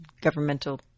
governmental